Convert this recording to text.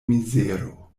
mizero